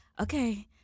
okay